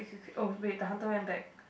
oh wait the hunter went back